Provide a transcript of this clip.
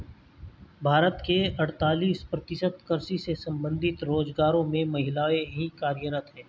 भारत के अड़तालीस प्रतिशत कृषि से संबंधित रोजगारों में महिलाएं ही कार्यरत हैं